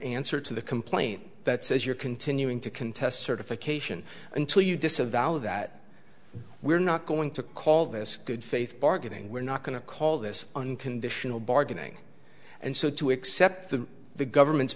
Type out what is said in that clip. answer to the complaint that says you're continuing to contest certification until you disavow that we're not going to call this good faith bargaining we're not going to call this unconditional bargaining and so to accept the the government's